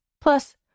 Plus